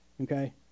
okay